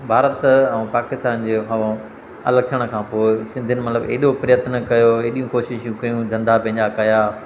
भारत ऐं पाकिस्तान जे हवाऊं अलॻि थियण खां पोइ सिंधियुनि मतिलबु एॾो प्रयत्न कयो एॾियूं कोशिशूं कयूं धंधा पंहिंजा कया